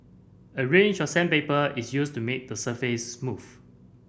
a range of sandpaper is used to make the surface smooth